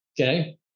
Okay